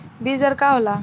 बीज दर का होला?